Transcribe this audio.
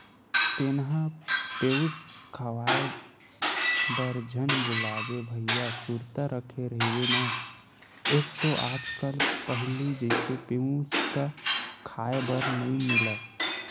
तेंहा पेयूस खवाए बर झन भुलाबे भइया सुरता रखे रहिबे ना एक तो आज कल पहिली जइसे पेयूस क खांय बर नइ मिलय